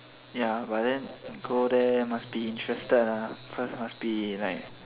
ya but then go there must be interested ah cause must be like